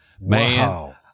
man